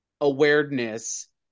awareness